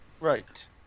Right